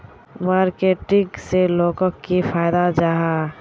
Marketing से लोगोक की फायदा जाहा?